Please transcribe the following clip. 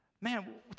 Man